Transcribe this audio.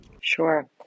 Sure